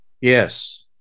Yes